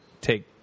take